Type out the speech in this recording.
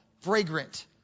fragrant